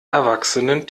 erwachsenen